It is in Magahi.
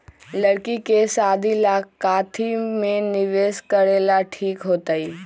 लड़की के शादी ला काथी में निवेस करेला ठीक होतई?